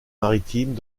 maritimes